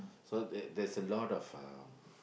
so there there's a lot of uh